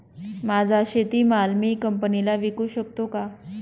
माझा शेतीमाल मी कंपनीला विकू शकतो का?